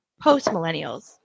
post-millennials